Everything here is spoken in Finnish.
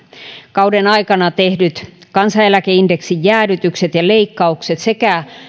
kauden aikana tehdyt kansaneläkeindeksin jäädytykset ja leikkaukset sekä